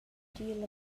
dil